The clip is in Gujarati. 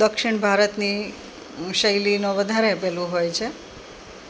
દક્ષિણ ભારતની શૈલીનું વધારે પેલું હોય છે